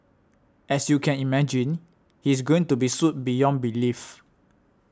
as you can imagine he's going to be sued beyond belief